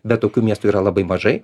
bet tokių miestų yra labai mažai